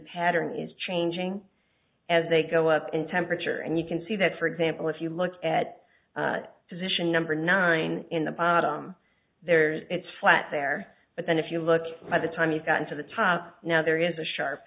pattern is changing as they go up in temperature and you can see that for example if you look at position number nine in the bottom there's it's flat there but then if you look at the time you've gotten to the top now there is a sharp